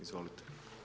Izvolite.